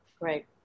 Great